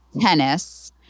tennis